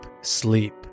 sleep